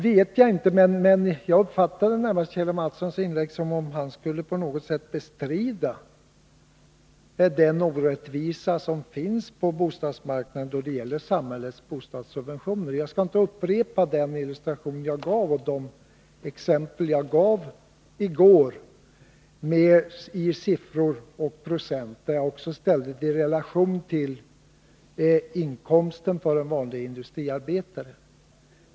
Vidare uppfattade jag Kjell Mattssons inlägg så att han på något sätt skulle bestrida den orättvisa som är inbyggd i samhällets subventioner på bostadsmarknaden. Jag skall inte upprepa de exempel som jag gav i går, illustrerade med siffror och procenttal, där jag också ställde subventionen i relation till inkomsten för en vanlig industriarbetare.